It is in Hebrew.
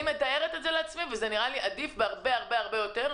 אני מתארת את זה לעצמי ונראה לי שזה עדיף הרבה הרבה יותר.